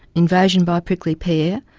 invasion by prickly pear,